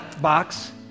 box